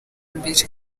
imbere